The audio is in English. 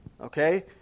okay